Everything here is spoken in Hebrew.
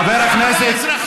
חבר הכנסת.